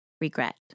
regret